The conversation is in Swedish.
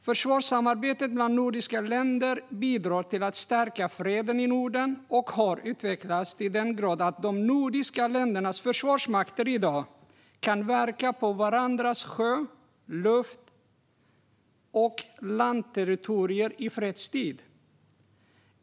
Försvarssamarbetet bland nordiska länder bidrar till att stärka freden i Norden och har utvecklats till den grad att de nordiska ländernas försvarsmakter i dag kan verka på varandras sjö-, luft och landterritorier i fredstid.